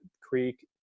creek